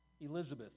Elizabeth